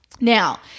Now